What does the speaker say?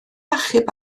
achub